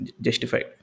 justified